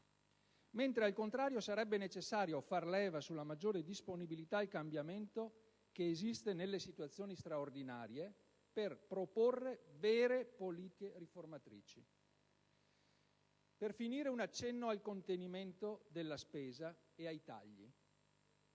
mentre, al contrario, sarebbe necessario far leva sulla maggiore disponibilità al cambiamento, che esiste nelle situazioni straordinarie, per proporre vere politiche riformatrici. Per finire, vorrei fare un accenno al contenimento della spesa e ai tagli.